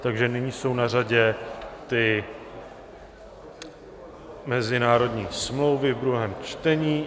Takže nyní jsou na řadě ty mezinárodní smlouvy v druhém čtení.